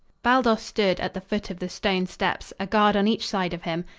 baldos stood at the foot of the stone steps, a guard on each side of him.